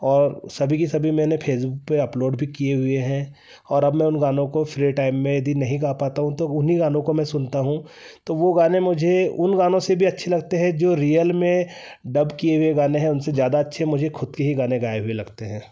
और सभी के सभी मैंने फेसबुक पर अपलोड भी किए हुए हैं और अब मैं उन गानों को फ्री टाइम में भी दी नहीं गा पाता हूँ तो उन्हीं गानों को मैं सुनता हूँ तो वह गाने मुझे उन गानों से भी अच्छे लगते हैं जो रियल में डब किए हुए गाने हैं उनसे ज़्यादा अच्छे मुझे ख़ुद के ही गाने गाए हुए लगते हैं